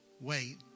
Wait